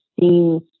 seems